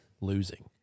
Losing